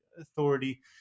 authority